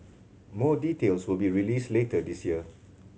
more details will be released later this year